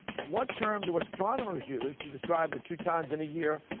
what term do astronomers use to describe the two times in a year,